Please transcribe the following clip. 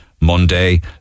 Monday